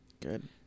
Good